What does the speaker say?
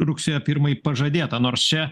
rugsėjo pirmai pažadėta nors čia